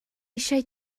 eisiau